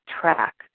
track